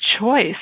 choice